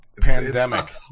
pandemic